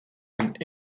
een